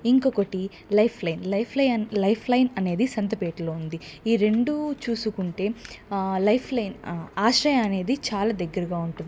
ఇంకొకటి life line life line అనేది సంతపేటలో ఉంది ఈ రెండు చూసుకుంటే లైఫ్ లైన్ ఆశ్రయ అనేది చాలా దగ్గరగా ఉంటుంది